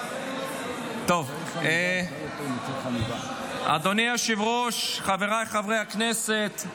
טוב, אדוני היושב-ראש, חבריי חברי הכנסת,